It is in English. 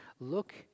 Look